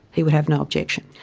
he would have no objection.